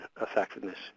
effectiveness